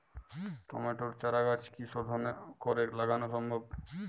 টমেটোর চারাগাছ কি শোধন করে লাগানো সম্ভব?